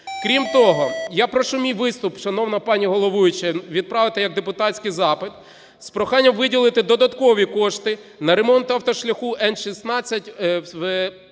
Крім того, я прошу мій виступ, шановна пані головуюча, відправити як депутатський запит з проханням виділити додаткові кошти на ремонт автошляху Н16 біля